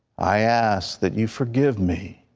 i ask that you forgive me,